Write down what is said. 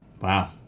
Wow